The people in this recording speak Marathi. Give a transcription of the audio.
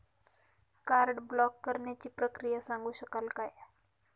कार्ड ब्लॉक करण्याची प्रक्रिया सांगू शकाल काय?